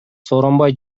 сооронбай